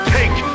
take